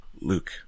Luke